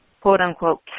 quote-unquote